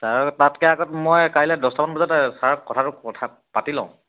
ছাৰক তাতকৈ আগত মই কাইলৈ দছটামান বজাত ছাৰক কথাটো কথা পাতি লওঁ